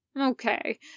Okay